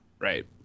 Right